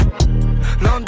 London